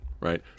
right